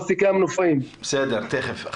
תיכף נשמע אותך.